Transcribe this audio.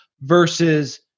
versus